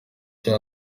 cyo